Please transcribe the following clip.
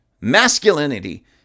masculinity